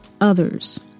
others